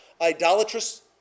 idolatrous